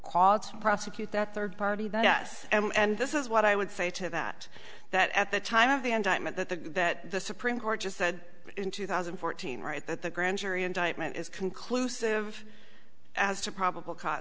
cause to prosecute that third party then yes and this is what i would say to that that at the time of the indictment that the that the supreme court just said in two thousand and fourteen right that the grand jury indictment is conclusive as to probable cause